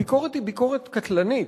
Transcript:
הביקורת היא ביקורת קטלנית.